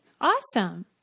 Awesome